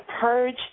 purge